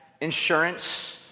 insurance